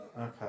Okay